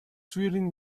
swirling